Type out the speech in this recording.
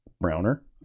browner